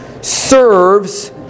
serves